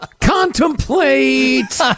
Contemplate